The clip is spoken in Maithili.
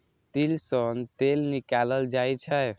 तिल सं तेल निकालल जाइ छै